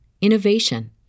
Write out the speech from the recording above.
innovation